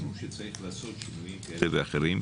על אף שצריך לעשות שינויים כאלה ואחרים,